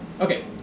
okay